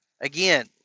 again